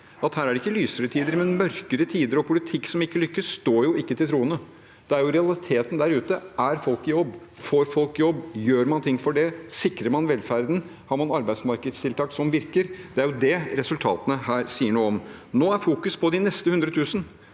at her er det ikke lysere tider, men mørkere tider og politikk som ikke lykkes, står jo ikke til troende. Realitetene der ute: Er folk i jobb, får folk jobb, gjør man noe for det, sikrer man velferden, har man arbeidsmarkedstiltak som virker? Det er det resultatene her sier noe om. Nå fokuseres det på de neste 100 000